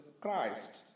Christ